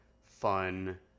fun